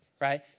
right